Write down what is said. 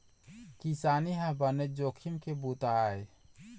किसानी ह बनेच जोखिम के बूता आय